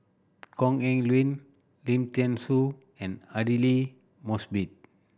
Kok Heng Leun Lim Thean Soo and Aidli Mosbit